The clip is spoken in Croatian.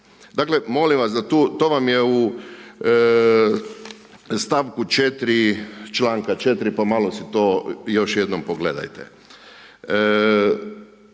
Dakle, molim vas da tu, to vam je u stavku 4. članka 4. pa malo si to još jednom pogledajte.